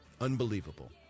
Unbelievable